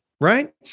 right